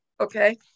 Okay